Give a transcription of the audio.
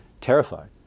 terrified